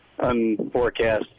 unforecast